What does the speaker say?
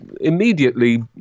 immediately